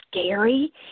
scary